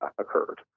occurred